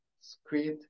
squid